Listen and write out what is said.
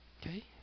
Okay